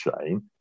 chain